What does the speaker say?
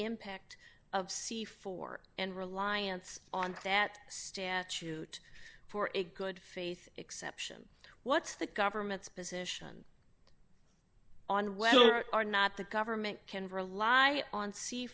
impact of c four and reliance on that stand shoot for a good faith exception what's the government's position on whether or not the government can rely on c